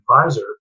advisor